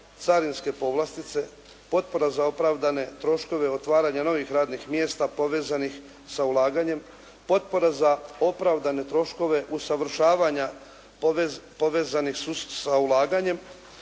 carinske povlastice, potpora za opravdane troškove otvaranja novih radnih mjesta povezanih sa ulaganjem, potpora za opravdane troškove usavršavanja povezanih sa ulaganjem.